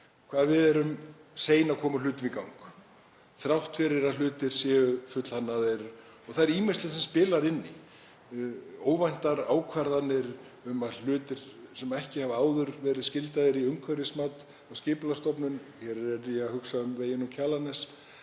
hvað við erum sein að koma hlutum í gang þrátt fyrir að hlutir séu fullhannaðir. Það er ýmislegt sem spilar inn í; óvæntar ákvarðanir um hluti sem ekki hafa áður verið skyldaðir í umhverfismat af Skipulagsstofnun. Hér er ég að hugsa um veginn um Kjalarnes